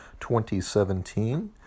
2017